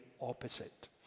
opposite